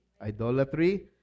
idolatry